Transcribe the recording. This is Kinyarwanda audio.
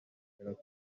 muryango